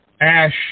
Ash